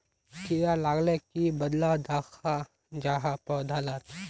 कीड़ा लगाले की बदलाव दखा जहा पौधा लात?